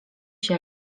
się